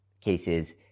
cases